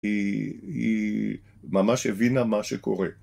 ‫היא ממש הבינה מה שקורה.